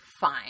fine